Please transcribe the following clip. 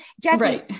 Jesse